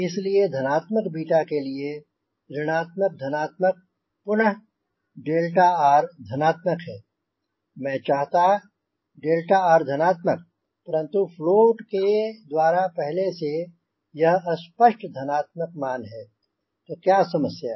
इसलिए धनात्मक बीटा के लिए ऋण आत्मक धनात्मक पुनः 𝛿r धनात्मक है मैं चाहता 𝛿r धनात्मक परंतु फ्लोट के द्वारा पहले से स्पष्ट धनात्मक मान है तो क्या समस्या है